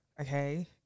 okay